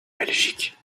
belgique